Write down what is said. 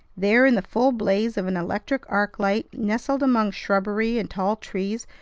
there in the full blaze of an electric arc-light, nestled among shrubbery and tall trees,